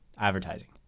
advertising